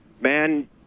man